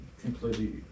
completely